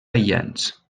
aïllants